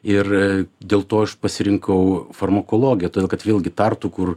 ir dėl to aš pasirinkau farmakologiją todėl kad vėlgi tartu kur